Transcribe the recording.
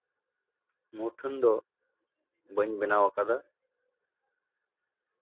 ᱢᱩᱴᱷᱟᱹᱱ ᱫᱚ ᱵᱟᱹᱧ ᱵᱮᱱᱟᱣ ᱟᱠᱟᱫᱟ